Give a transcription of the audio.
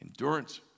endurance